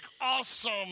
awesome